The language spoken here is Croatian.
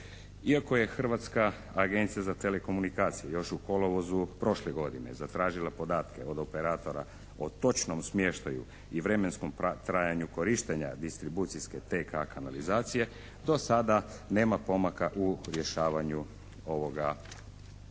Iako je Hrvatska agencija za telekomunikacije još u kolovozu prošle godine zatražila podatke od operatora o točnom smještaju i vremenskom trajanju korištenja distribucijske TK-a kanalizacije do sada nema pomaka u rješavanju ovoga problema.